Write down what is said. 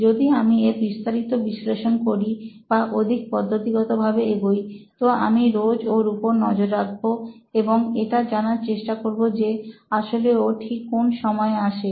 যদি আমি এর বিস্তারিত বিশ্লেষণ করি বা অধিক পদ্ধতিগত ভাবে এগোই তো আমি রোজ ওর উপর নজর রাখবো এবং এটা জানার চেষ্টা করবো যে আসলে ও ঠিক কোন সময় আসে